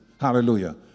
Hallelujah